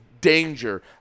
danger